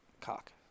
Cock